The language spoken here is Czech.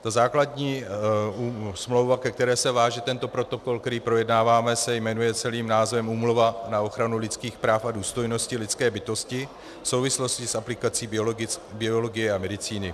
Ta základní smlouva, ke které se váže tento protokol, který projednáváme, se jmenuje celým názvem Úmluva na ochranu lidských práv a důstojnosti lidské bytosti v souvislosti s aplikací biologie a medicíny.